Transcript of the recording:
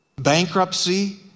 bankruptcy